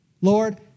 Lord